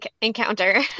encounter